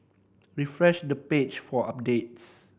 refresh the page for updates